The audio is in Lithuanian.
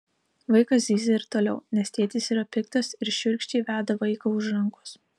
vaikas zyzia ir toliau nes tėtis yra piktas ir šiurkščiai veda vaiką už rankos